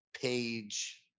Page